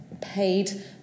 paid